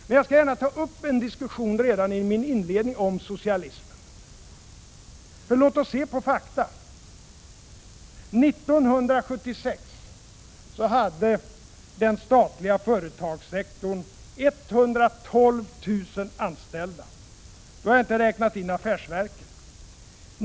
Men jag skall gärna redan i mitt inledningsanförande ta upp en diskussion om socialismen. Låt oss se på fakta. År 1976 hade den statliga företagssektorn 112 000 anställda. Då har jag inte räknat in affärsverken.